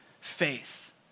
faith